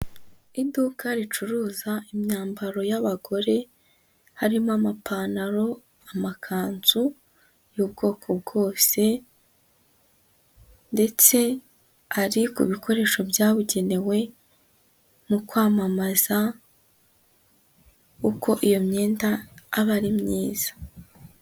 Iduka ricuruza imyambaro y'abagore, harimo amapantaro, amakanzu y'ubwoko bwose ndetse ari ku bikoresho byabugenewe mu kwamamaza uko iyo myenda aba ari myiza.